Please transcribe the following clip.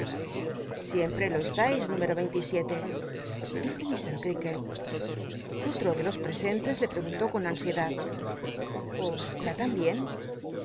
re lo estais número veinte y siete dijo mr creaklc olro de los presentes le pregunló con ansiedad os